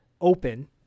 open